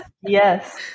yes